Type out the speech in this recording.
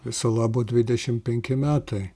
viso labo dvidešim penki metai